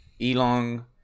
elon